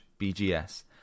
bgs